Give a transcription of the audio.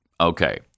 Okay